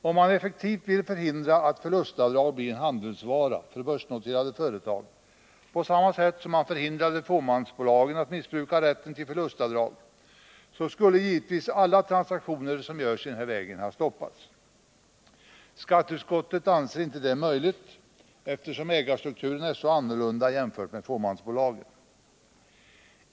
Om man effektivt velat förhindra att förlustavdrag blir en handelsvara för börsnoterade företag på samma sätt som man förhindrat fåmansbolagen att missbruka rätten till förlustavdrag, så skulle givetvis alla transaktioner som kan göras i den vägen ha stoppats. Skatteutskottet anser inte detta möjligt, eftersom ägarstrukturen i de stora företagen är så annorlunda jämfört med fåmansbolagen.